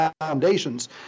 foundations